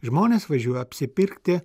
žmonės važiuoja apsipirkti